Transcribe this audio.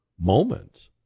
moment